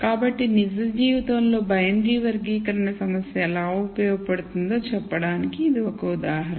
కాబట్టి నిజ జీవితంలో బైనరీ వర్గీకరణ సమస్య ఎలా ఉపయోగపడుతుందో చెప్పడానికి ఇది ఒక ఉదాహరణ